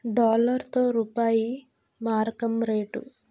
డాలర్తో రూపాయి మారకం రేటు